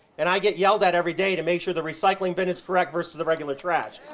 and i get yelled at every day to make sure the recycling bin is correct versus the regular trash,